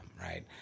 Right